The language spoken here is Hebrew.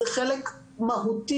זה חלק מהותי,